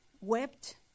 wept